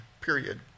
period